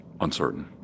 uncertain